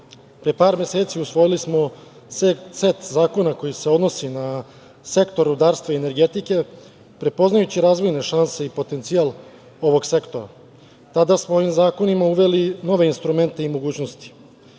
par meseci usvojili smo set zakona koji se odnosi na sektor rudarstva i energetike, prepoznajući razvojne šanse i potencijal ovog sektora. Tada smo ovim zakonima uveli nove instrumente i mogućnosti.